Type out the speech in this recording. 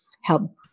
help